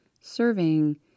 serving